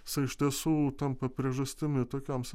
jisai iš tiesų tampa priežastimi tokioms